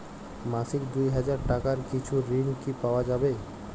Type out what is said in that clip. মাসিক দুই হাজার টাকার কিছু ঋণ কি পাওয়া যাবে?